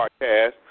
podcast